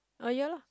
ah ya lah